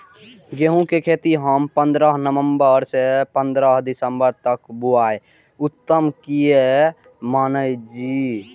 गेहूं के खेती हम पंद्रह नवम्बर से पंद्रह दिसम्बर तक बुआई उत्तम किया माने जी?